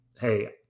hey